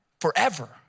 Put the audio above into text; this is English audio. forever